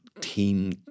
team